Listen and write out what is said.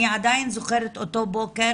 אני עדיין זוכרת אותו בוקר